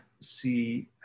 see